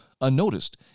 unnoticed